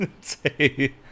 Say